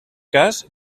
cas